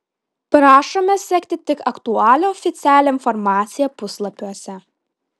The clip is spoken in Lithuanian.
prašome sekti tik aktualią oficialią informaciją puslapiuose